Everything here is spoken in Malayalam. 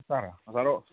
സാറെ ഹലോ